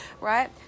right